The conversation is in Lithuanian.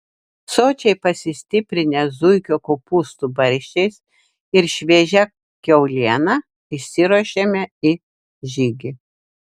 sočiai pasistiprinę zuikio kopūstų barščiais ir šviežia kiauliena išsiruošėme į žygį